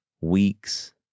weeks